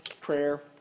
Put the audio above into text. prayer